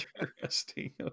interesting